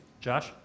Josh